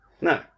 No